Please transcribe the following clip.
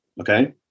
Okay